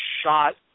shot